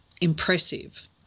impressive